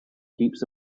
keeps